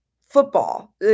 football